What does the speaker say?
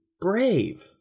brave